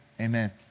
Amen